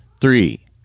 three